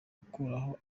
gukuraho